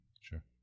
Sure